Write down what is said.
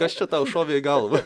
kas čia tau šovė į galvą